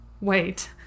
wait